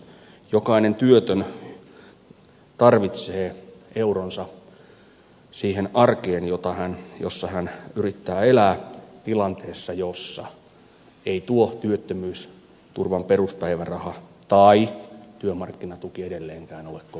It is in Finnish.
jokainen työtön tarvitsee euronsa siihen arkeen jossa hän yrittää elää tilanteessa jossa ei tuo työttömyysturvan peruspäiväraha tai työmarkkinatuki edelleenkään ole kovin korkea